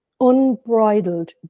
unbridled